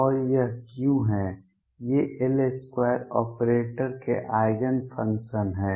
और यह क्या है ये L2 ऑपरेटर के आइगेन फंक्शन हैं